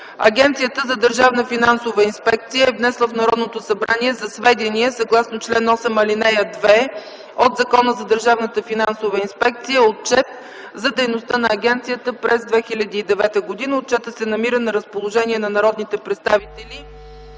Агенцията за Държавна финансова инспекция е внесла в Народното събрание за сведение, съгласно чл. 8, ал. 2 от Закона за Държавната финансова инспекция, Отчет за дейността на агенцията през 2009 г. Отчетът се намира на разположение на народните представители